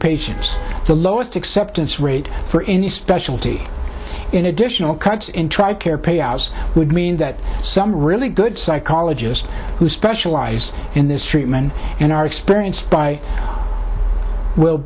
patients the lowest acceptance rate for any specialty in additional cuts in tri care payouts would mean that some really good psychologist who specialize in this treatment and are experienced by w